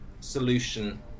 solution